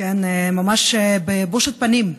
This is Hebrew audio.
ממש בבושת פנים,